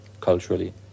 culturally